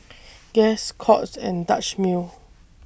Guess Courts and Dutch Mill